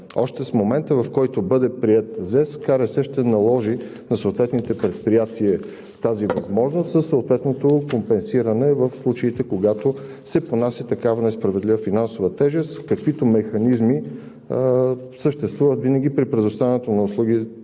регулиране на съобщенията ще наложи на съответните предприятия тази възможност със съответното компенсиране в случаите, когато се понася такава несправедлива финансова тежест, каквито механизми съществуват винаги при предоставянето на услугите